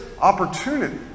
opportunity